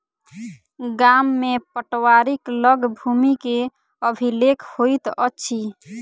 गाम में पटवारीक लग भूमि के अभिलेख होइत अछि